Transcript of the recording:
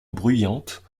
bruyante